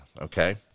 okay